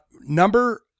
number